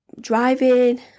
driving